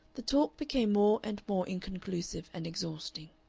the talk became more and more inconclusive and exhausting.